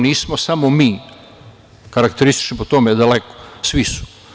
Nismo samo mi karakteristični po tome, daleko, svi su.